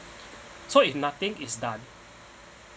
so if nothing is done